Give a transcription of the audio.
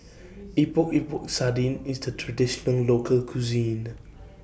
Epok Epok Sardin IS The Traditional Local Cuisine